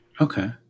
Okay